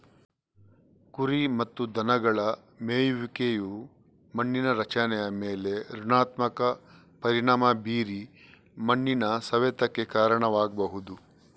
ಕುರಿ ಮತ್ತು ದನಗಳ ಮೇಯುವಿಕೆಯು ಮಣ್ಣಿನ ರಚನೆಯ ಮೇಲೆ ಋಣಾತ್ಮಕ ಪರಿಣಾಮ ಬೀರಿ ಮಣ್ಣಿನ ಸವೆತಕ್ಕೆ ಕಾರಣವಾಗ್ಬಹುದು